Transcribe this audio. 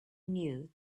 knew